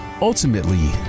ultimately